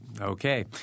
Okay